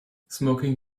smoking